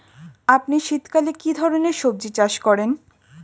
আপনি শীতকালে কী ধরনের সবজী চাষ করেন?